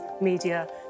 media